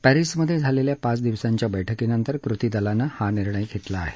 पॅरिसमध्ये झालेल्या पाच दिवसांच्या बैठकीनंतर कृतीदलानं हा निर्णय घेतला आहे